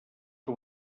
que